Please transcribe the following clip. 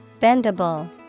Bendable